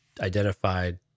identified